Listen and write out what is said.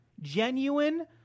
genuine